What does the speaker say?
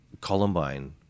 Columbine